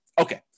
Okay